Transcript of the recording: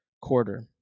quarter